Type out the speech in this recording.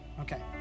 Okay